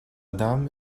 dame